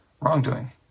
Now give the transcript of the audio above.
wrongdoing